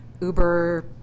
Uber